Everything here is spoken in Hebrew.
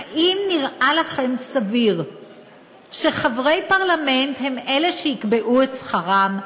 האם נראה לכם סביר שחברי פרלמנט הם אלה שיקבעו את שכרם?